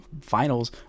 Finals